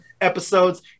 episodes